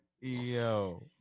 yo